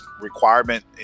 requirement